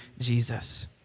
Jesus